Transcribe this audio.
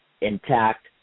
intact